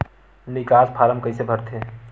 निकास फारम कइसे भरथे?